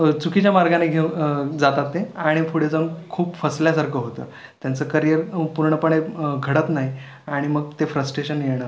चुकीच्या मार्गानी घेऊन जातात ते आणि पुढे जाऊन खूप फसल्यासारखं होतं त्यांचं करियर पूर्णपणे घडत नाही आणि मग ते फ्रस्ट्रेशन येणं